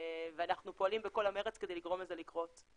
ואנחנו פועלים בכל המרץ כדי לגרום לזה לקרות.